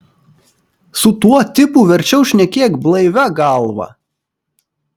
su tuo tipu verčiau šnekėk blaivia galva